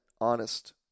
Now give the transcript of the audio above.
honest